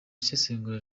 isesengura